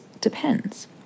depends